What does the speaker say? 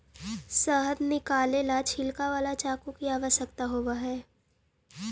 शहद निकाले ला छिलने वाला चाकू की आवश्यकता होवअ हई